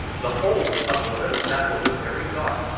the hold of the little vessel was very dark,